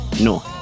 no